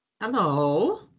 Hello